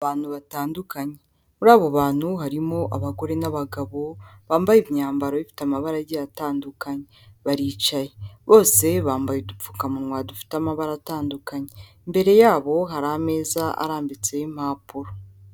Abantu batandukanye muri abo bantu harimo abagore n'abagabo bambaye imyambaro ifite amabara agiye atandukanye, baricaye bose bambaye udupfukamunwa dufite amabara atandukanye, imbere yabo hari ameza arambitseho impapuro.